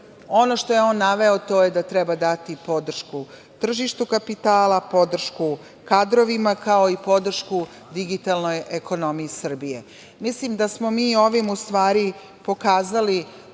ono što je on naveo jeste da treba dati podršku tržištu kapitala, podršku kadrovima, kao i podršku digitalnoj ekonomiji Srbije. Mislim da smo mi ovim u stvari pokazali